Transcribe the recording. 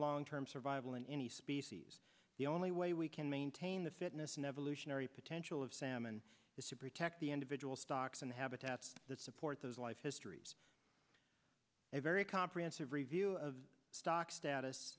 long term survival in any species the only way we can maintain the fitness and evolutionary potential of salmon is to protect the individual stocks and habitats to support those life histories a very comprehensive review of stock status